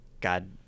God